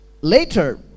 later